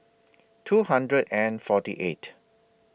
two hundred and forty eight